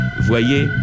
Voyez